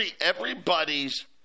everybody's